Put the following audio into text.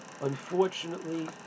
unfortunately